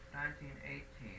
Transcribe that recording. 1918